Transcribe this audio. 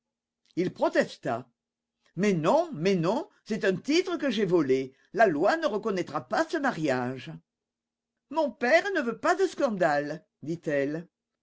il protesta mais non mais non c'est un titre que j'ai volé la loi ne reconnaîtra pas ce mariage mon père ne veut pas de scandale dit-elle